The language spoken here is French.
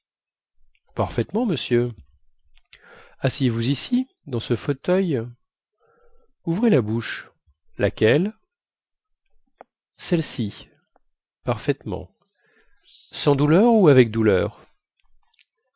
parfaitement monsieur asseyez-vous ici dans ce fauteuil ouvrez la bouche laquelle celle-ci parfaitement sans douleur ou avec douleur